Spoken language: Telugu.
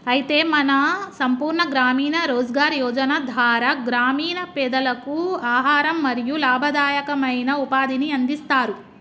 అయితే మన సంపూర్ణ గ్రామీణ రోజ్గార్ యోజన ధార గ్రామీణ పెదలకు ఆహారం మరియు లాభదాయకమైన ఉపాధిని అందిస్తారు